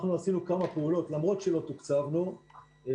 אנחנו עשינו כמה פעולות למרות שלא תוקצבנו כי